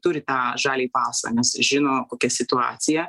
turi tą žaliąjį pasą nes žino kokia situacija